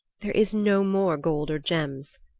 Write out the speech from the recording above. there is no more gold or gems,